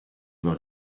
about